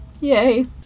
Yay